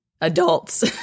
adults